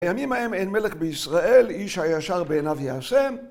‫בימים האם אין מלך בישראל, ‫איש הישר בעיניו יעשה.